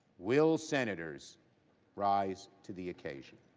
will senators rise to the occasion?